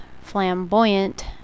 flamboyant